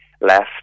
left